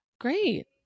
Great